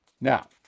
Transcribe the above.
Now